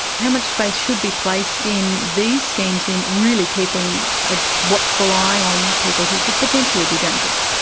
how much faith should be placed in these schemes in really keeping a watchful eye on people who could potentially be dangerous?